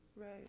Right